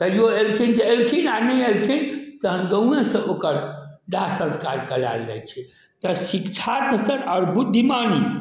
कहियो एलखिन तऽ एलखिन आ नहि एलखिन तहन गउआँ सऽ ओकर दाह संस्कार करायल जाइ छै तऽ शिक्षाके सँग आओर बुद्धिमानी